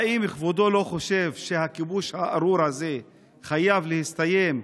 האם כבודו לא חושב שהכיבוש הארור הזה חייב להסתיים?